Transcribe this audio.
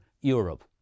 Europe